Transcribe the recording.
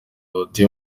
batuye